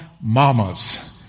mamas